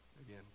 Again